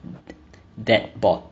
that bod